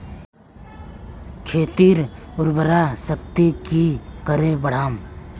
खेतीर उर्वरा शक्ति की करे बढ़ाम?